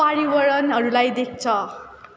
पर्यावरणहरूलाई देख्छ